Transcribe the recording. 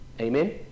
Amen